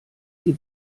sie